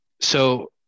So-